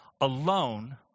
alone